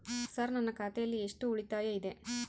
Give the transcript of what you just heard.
Sir ನನ್ನ ಖಾತೆಯಲ್ಲಿ ಎಷ್ಟು ಉಳಿತಾಯ ಇದೆ?